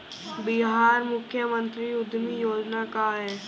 बिहार मुख्यमंत्री उद्यमी योजना का है?